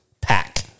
pack